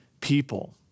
people